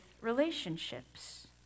relationships